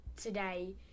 today